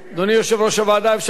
אפשר להצביע בקריאה שלישית.